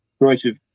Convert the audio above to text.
creative